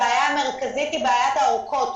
הבעיה המרכזית היא בעיית האורכות.